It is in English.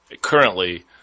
currently